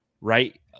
right